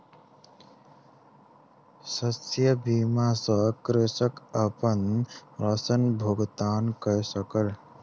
शस्य बीमा सॅ कृषक अपन ऋण भुगतान कय सकल